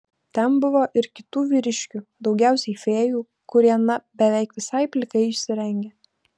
ten buvo ir kitų vyriškių daugiausiai fėjų kurie na beveik visai plikai išsirengė